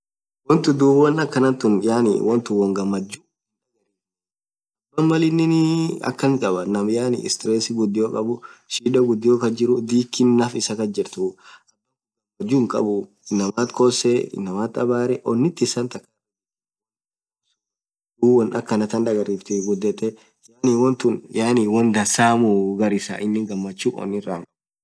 wontun dhub won akhanathun yaani won ghamachu ghamadhee hinkhabne inamaa Mal innii akhan khabathu stress gudhio khabu shida ghudio kasjiru dhikii naff isaaa kasjirtu abakhun gamachu hinkhabuu inamthi kosee inamath abarre onnith issa thakha hirdhikine won inamaa sunn thochee dhub won akhanathan dhagariftii ghudhethe yaani wontun won dhansamuu Ghar isaa inin ghamachu onnirah hkhabu